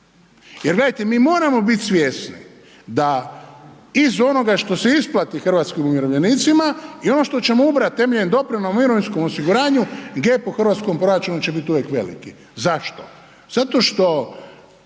Jer gledajte mi moramo biti svjesni da iz onoga što se isplati hrvatskim umirovljenicima i ono što ćemo ubrati temeljem doprinosa u mirovinskom osiguranju G po hrvatskom proračunu će biti uvijek veliki. Zašto? Zato što